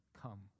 come